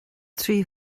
trí